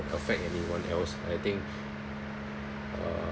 affect anyone else I think uh